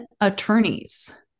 attorneys